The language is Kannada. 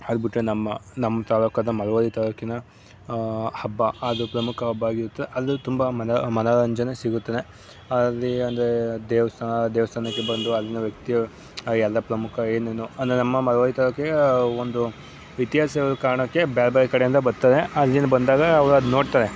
ಅದ್ಬಿಟ್ರೆ ನಮ್ಮ ನಮ್ಮ ತಾಲ್ಲೂಕು ಆದ ಮಳವಳ್ಳಿ ತಾಲ್ಲೂಕಿನ ಹಬ್ಬ ಅದು ಪ್ರಮುಖ ಹಬ್ಬ ಆಗಿರುತ್ತೆ ಅಲ್ಲೂ ತುಂಬ ಮನ ಮನೋರಂಜನೆ ಸಿಗುತ್ತದೆ ಅಲ್ಲಿ ಅಂದರೆ ದೇವಸ್ಥಾನ ದೇವಸ್ಥಾನಕ್ಕೆ ಬಂದು ಅಲ್ಲಿನ ವ್ಯಕ್ತಿಯು ಎಲ್ಲ ಪ್ರಮುಖ ಏನೇನೊ ಅಂದರೆ ನಮ್ಮ ಮಳವಳ್ಳಿ ತಾಲ್ಲೂಕಿಗೆ ಒಂದು ಇತಿಹಾಸ ಇರುವ ಕಾರಣಕ್ಕೆ ಬೇರೆ ಬೇರೆ ಕಡೆಯಿಂದ ಬರ್ತಾರೆ ಆಗಿನ ಬಂದಾಗ ಅವ್ರು ಅದು ನೋಡ್ತಾರೆ